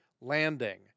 landing